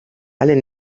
alle